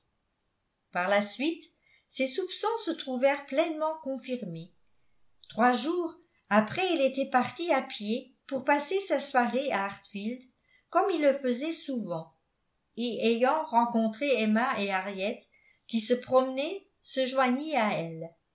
par la suite ses soupçons se trouvèrent pleinement confirmés trois jours après il était parti à pied pour passer sa soirée à hartfield comme il le faisait souvent et ayant rencontré emma et henriette qui se promenaient se joignit à elles